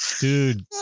Dude